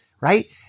right